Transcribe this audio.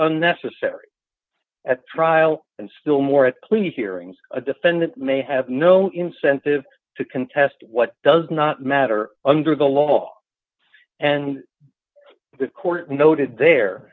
unnecessary at trial and still more at please hearings a defendant may have no incentive to contest what does not matter under the law and the court noted there